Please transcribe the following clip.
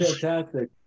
fantastic